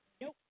Nope